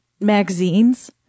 magazines